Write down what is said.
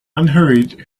unhurried